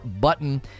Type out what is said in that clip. button